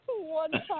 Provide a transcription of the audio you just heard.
one-time